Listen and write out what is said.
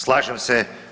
Slažem se.